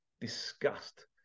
disgust